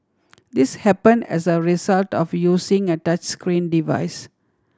this happened as a result of using a touchscreen device